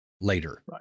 later